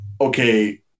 okay